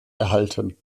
erhalten